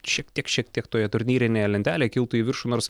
šiek tiek šiek tiek toje turnyrinėje lentelėje kiltų į viršų nors